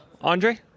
Andre